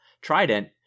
Trident